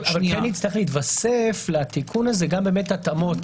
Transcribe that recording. יהיה חייב להיתוסף לתיקון הזה גם התאמות,